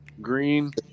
green